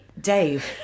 Dave